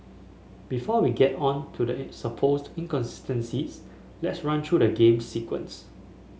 before we get on to the supposed inconsistencies let's run through the game's sequence